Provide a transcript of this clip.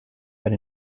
had